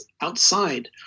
outside